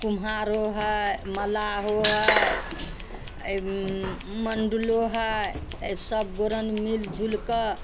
कुम्हारो हय मलाहो हय मण्डलो हय सब गोरन मिल जुलके